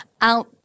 out